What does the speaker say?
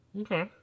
Okay